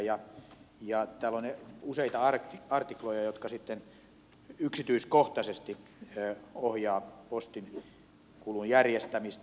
täällä on useita artikloja jotka sitten yksityiskohtaisesti ohjaavat postinkulun järjestämistä